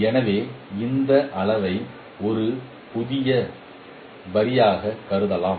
எனவே இந்த அளவை ஒரு புதிய வரியாகக் கருதலாம்